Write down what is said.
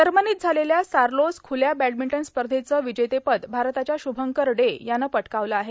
जमनीत झालेल्या सार्लास खुल्या बॅर्डामंटन स्पधचं र्विजेतेपद भारताच्या श्रभंकर डे यानं पटकावलं आहे